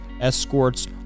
Escorts